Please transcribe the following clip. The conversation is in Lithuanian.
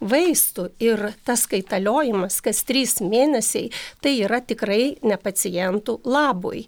vaistų ir tas kaitaliojimas kas trys mėnesiai tai yra tikrai ne pacientų labui